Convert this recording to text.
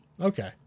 Okay